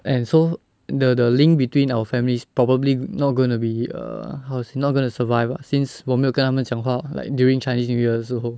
and so the the link between our families probably not going to be err how to say not going to survive ah since 我没有跟他们讲话 like during chinese new year 的时候